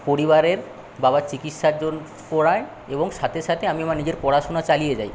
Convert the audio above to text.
পরিবারের বাবার চিকিৎসা করায় এবং সাথে সাথে আমি আমার নিজের পড়াশোনা চালিয়ে যাই